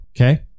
okay